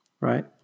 right